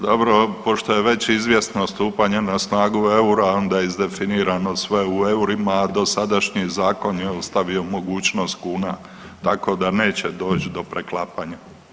Dobro, pošto je već izvjesno stupanje na snagu eura, onda je izdefinirano sve u eurima, dosadašnji zakon je ostavio mogućnost kuna, tako da neće doći do preklapanja.